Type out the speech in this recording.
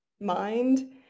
mind